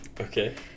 Okay